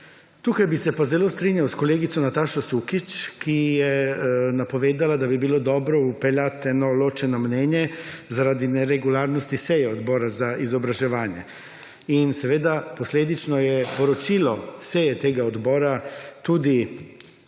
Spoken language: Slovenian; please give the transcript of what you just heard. Tukaj bi se pa zelo strinjal s kolegico Natašo Sukič, ki je napovedala, da bi bilo dobro vpeljati eno ločeno mnenje zaradi neregularnosti seje Odbora za izobraževanje. In seveda posledično je poročilo seje tega odbora tudi,